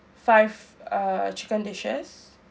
five uh chicken dishes